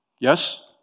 Yes